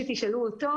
שוב,